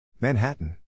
Manhattan